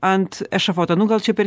ant ešafoto nu gal čia per